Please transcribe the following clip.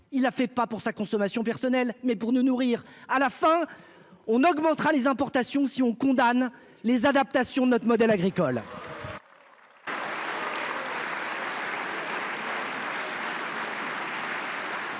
il a fait, pas pour sa consommation personnelle, mais pour nous nourrir, à la fin on augmentera les importations si on condamne les adaptations notre modèle agricole.